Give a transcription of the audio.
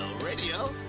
Radio